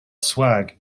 swag